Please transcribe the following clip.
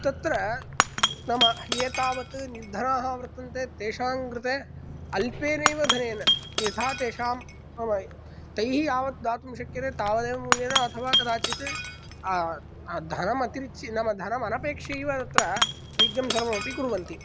तत्र नाम एतावत् निर्धनः वर्तन्ते तेषां कृते अल्पेनैव धनेन यथा तेषां नाम तैः यावत् दातुं शक्यते तावदेव मूल्येन अथवा कदाचित् धनम् अतिरिच्य नाम धनम् अनपेक्षैव तत्र वैद्यं धनमपि कुर्वन्ति